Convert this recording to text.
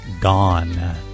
Gone